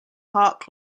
hearts